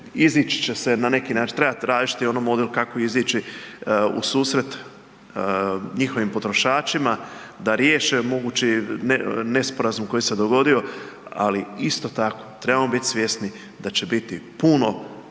izaći će se na neki način, treba tražiti ono model kako izići ususret njihovim potrošačima da riješe mogući nesporazum koji se dogodio, ali isto tako trebamo biti svjesni da će biti puno